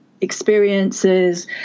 experiences